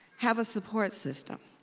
have a support system.